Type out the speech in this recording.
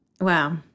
Wow